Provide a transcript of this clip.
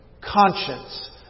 conscience